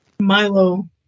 Milo